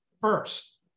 first